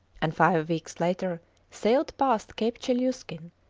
and five weeks later sailed past cape chelyuskin,